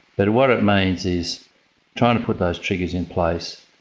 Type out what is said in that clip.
but what it means is trying to put those triggers in place,